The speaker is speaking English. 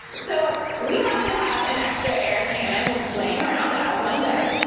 so we happen to have an extra air cannon laying around as one does.